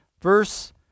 Verse